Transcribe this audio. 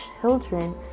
children